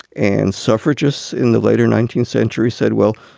and suffragists in the later nineteenth century said, well,